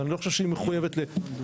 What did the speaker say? אני לא חושב שהיא מחויבת לזה.